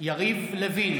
יריב לוין,